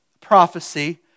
prophecy